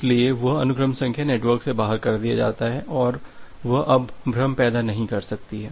इसलिए वह अनुक्रम संख्या नेटवर्क से बाहर कर दिया जाता है और वह अब भ्रम पैदा नहीं कर सकती है